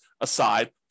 aside